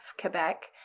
Quebec